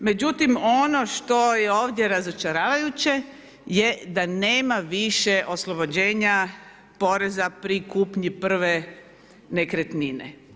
Međutim ono što je ovdje razočaravajuće je da nema više oslobođenja poreza pri kupnji prve nekretnine.